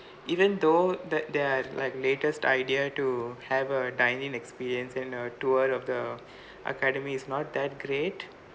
even though that they have like latest idea to have a dining experience and a tour of the academy is not that great